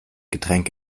getränk